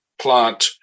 plant